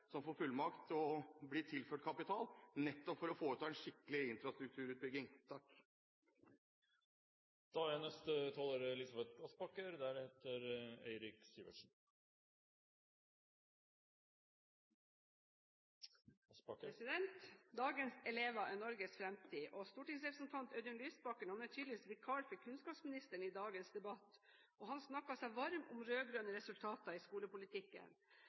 som får fullmakt og blir tilført kapital, nettopp for å foreta en skikkelig infrastrukturutbygging. Dagens elever er Norges fremtid, og stortingsrepresentant Audun Lysbakken er tydeligvis vikar for kunnskapsministeren i dagens debatt. Han snakket seg varm om rød-grønne resultater i skolepolitikken.